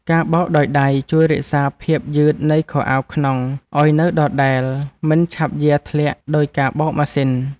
ការបោកដោយដៃជួយរក្សាភាពយឺតនៃខោអាវក្នុងឱ្យនៅដដែលមិនឆាប់យារធ្លាក់ដូចការបោកម៉ាស៊ីន។